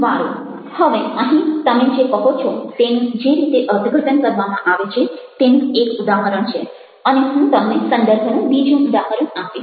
વારુ હવે અહીં તમે જે કહો છો તેનું જે રીતે અર્થઘટન કરવામાં આવે છે તેનું એક ઉદાહરણ છે અને હું તમને સંદર્ભનું બીજું ઉદાહરણ આપીશ